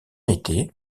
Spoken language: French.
été